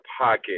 pocket